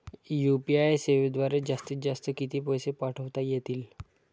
UPI सेवेद्वारे जास्तीत जास्त किती पैसे पाठवता येतील?